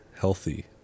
healthy